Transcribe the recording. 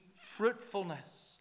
fruitfulness